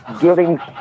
giving